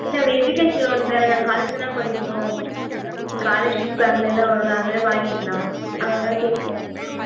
இல்லை இது education loan தானே நாங்கள் காலேஜ் தானே படிக்கிறோம் இது ஸ்காலர்ஷிப் ப்லான்லலாம் வரும்ல அது மாதிரி வாங்கிக்கலாம் அதனால் தான் கேட்குறோம் ஆ